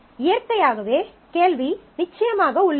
இயற்கையாகவே கேள்வி நிச்சயமாக உள்ளது